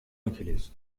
ángeles